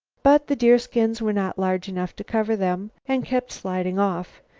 but the deerskins were not large enough to cover them, and kept sliding off.